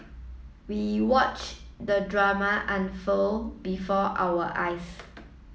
we watched the drama unfold before our eyes